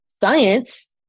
Science